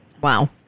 Wow